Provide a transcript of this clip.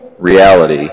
reality